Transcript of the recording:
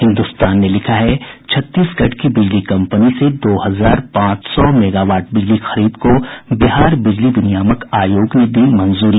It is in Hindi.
हिन्दुस्तान ने लिखा है छत्तीसगढ़ की बिजली कंपनी से दो हजार पांच सौ मेगावाट बिजली खरीद को बिहार बिजली विनियामक आयोग ने दी मंजूरी